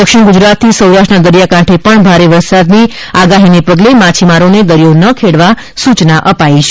દક્ષિણ ગુજરાતથી સૌરાષ્ટ્રના દરિયાકાંઠે પણ ભારે વરસાદની આગાહીના પગલે માછીમારોને દરિયા નહી ખેડવા ચેતવણી અપાઇ છે